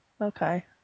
Okay